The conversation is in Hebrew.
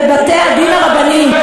בבתי-הדין הרבניים.